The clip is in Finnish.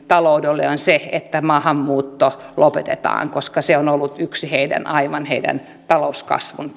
taloudelle on se että maahanmuutto lopetetaan koska se on ollut yksi aivan heidän talouskasvunsa